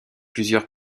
plusieurs